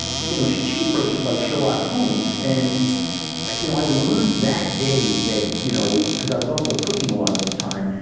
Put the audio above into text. you know she she approached it like sherlock holmes. and you know i learned that day, you know because i was also cooking a lot at the time,